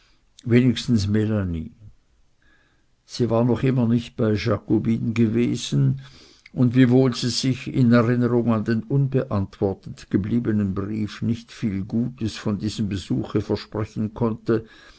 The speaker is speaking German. wenigstens melanie sie war noch immer nicht bei jakobine gewesen und wiewohl sie sich in erinnerung an den unbeantwortet gebliebenen brief nicht viel gutes von diesem besuche versprechen konnte